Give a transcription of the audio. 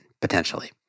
potentially